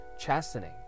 Chastening